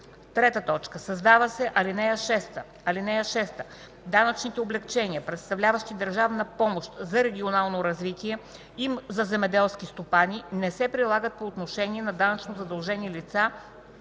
3. Създава се ал. 6: „(6) Данъчните облекчения, представляващи държавна помощ за регионално развитие и за земеделски стопани, не се прилагат по отношение на данъчно задължени лица,